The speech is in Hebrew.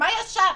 מה ישר?